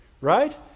Right